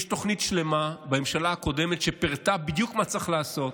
יש תוכנית שלמה בממשלה הקודמת שפירטה בדיוק מה צריך לעשות.